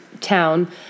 town